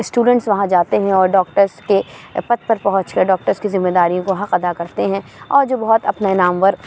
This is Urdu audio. اسٹوڈینٹس وہاں جاتے ہیں اور ڈاکٹرس کے پد پر پہنچ کر ڈاکٹرس کی ذمہ داریوں کا حق ادا کرتے ہیں اور جو بہت اپنے نامور